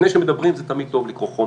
לפני שמדברים זה תמיד טוב לקרוא חומר,